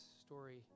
story